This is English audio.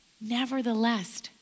Nevertheless